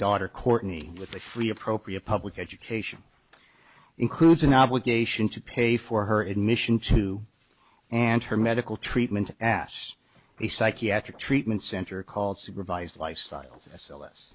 daughter courtney with a free appropriate public education includes an obligation to pay for her admission to and her medical treatment ass a psychiatric treatment center called supervised lifestyles s